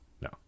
no